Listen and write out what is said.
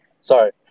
Sorry